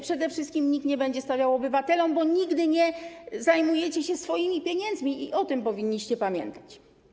Przede wszystkim nikt nie będzie ich stawiał obywatelom, bo nigdy nie zajmujecie się swoimi pieniędzmi i o tym powinniście pamiętać.